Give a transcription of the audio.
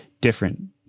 different